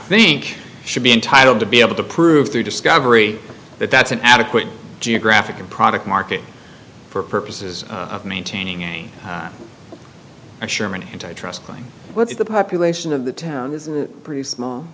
think should be entitled to be able to prove through discovery that that's an adequate geographic and product market for purposes of maintaining a sherman antitrust thing what is the population of the town pretty small